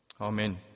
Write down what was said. Amen